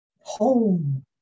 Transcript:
home